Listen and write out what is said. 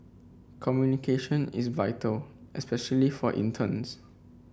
communication is vital especially for interns